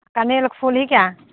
कनैलके फूल हिकै